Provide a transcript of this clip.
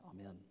amen